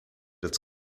its